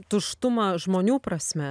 tuštumą žmonių prasme